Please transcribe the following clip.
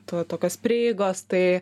to tokios prieigos tai